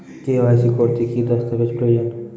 KYC করতে কি দস্তাবেজ প্রয়োজন?